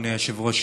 אדוני היושב-ראש,